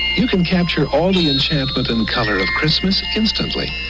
you can capture all the enchantment and color of christmas instantly.